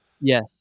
Yes